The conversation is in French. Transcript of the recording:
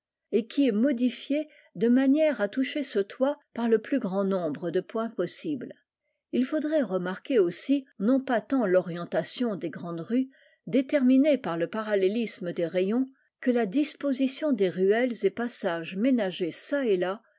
et qui est modifiée de manière à toucher ce toit parle plus grand nombre de points possible il faudrait remarquer aussi non pas tant l'orientation des grandes rues déterminée pai le parallélisme des rayons que la disposition des ruelles et passages ménagés çà et là